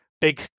big